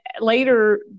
later